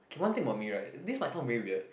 okay one thing about me right this might sound very weird